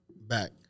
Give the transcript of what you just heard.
back